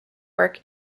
work